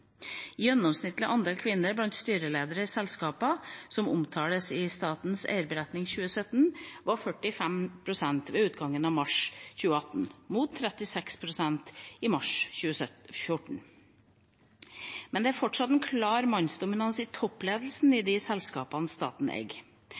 Gjennomsnittlig andel kvinner blant styreledere i selskapene som omtales i Statens eierberetning 2017, var 45 pst. ved utgangen av mars 2018 mot 36 pst. i mars 2014. Men det er fortsatt en klar mannsdominans i toppledelsen i